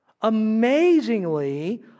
Amazingly